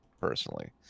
personally